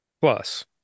Plus